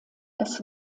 das